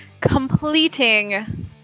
completing